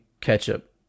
ketchup